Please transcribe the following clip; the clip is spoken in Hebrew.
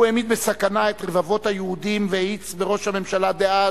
שהעמידו בסכנה את רבבות היהודים והאיצו בראש הממשלה דאז,